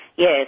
Yes